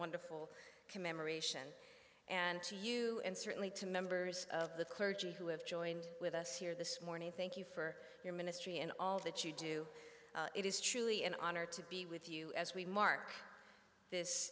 wonderful commemoration and to you and certainly to members of the clergy who have joined with us here this morning thank you for your ministry and all that you do it is truly an honor to be with you as we mark this